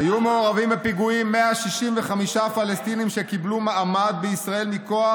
היו מעורבים בפיגועים 165 פלסטינים שקיבלו מעמד בישראל מכוח